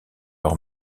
leur